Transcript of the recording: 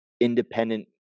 independent